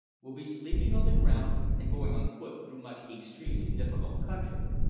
we'll be sleeping on the ground and going on foot through much extremely difficult country.